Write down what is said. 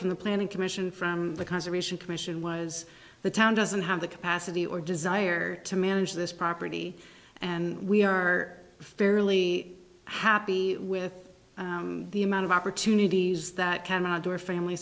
from the planning commission from the conservation commission was the town doesn't have the capacity or desire to manage this property and we are fairly happy with the amount of opportunities that canada or family